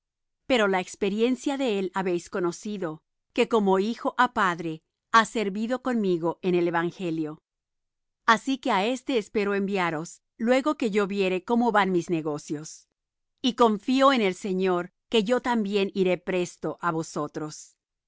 pero la experiencia de él habéis conocido que como hijo á padre ha servido conmigo en el evangelio así que á éste espero enviaros luego que yo viere cómo van mis negocios y confío en el señor que yo también iré presto á vosotros